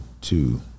two